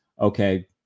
okay